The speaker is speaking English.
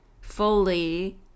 fully